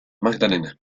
magdalena